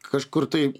kažkur tai